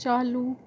चालू